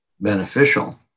beneficial